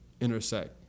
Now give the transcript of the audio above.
intersect